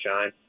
shine